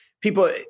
people